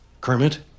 Kermit